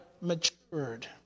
matured